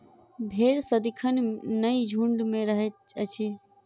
भेंड़ सदिखन नै झुंड मे रहैत अछि